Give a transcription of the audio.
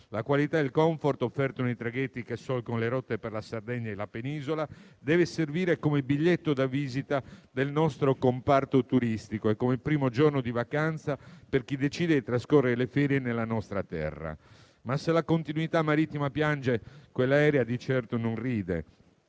La qualità e il *comfort* offerto dai traghetti che solcano le rotte per la Sardegna e la Penisola devono servire come biglietto da visita del nostro comparto turistico e come primo giorno di vacanza per chi decide di trascorrere le ferie nella nostra terra. Tuttavia, se la continuità marittima piange, quella aerea di certo non ride.